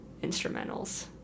instrumentals